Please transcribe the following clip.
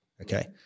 okay